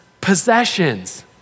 possessions